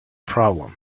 problem